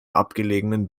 abgelegenen